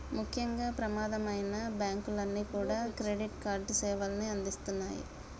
ముఖ్యంగా ప్రమాదమైనా బ్యేంకులన్నీ కూడా క్రెడిట్ కార్డు సేవల్ని అందిత్తన్నాయి